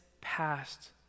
past